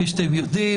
כפי שאתם יודעים,